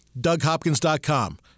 DougHopkins.com